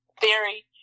theory